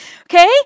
Okay